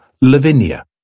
Lavinia